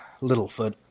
Littlefoot